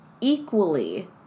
equally